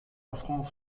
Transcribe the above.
affront